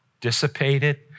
dissipated